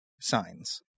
signs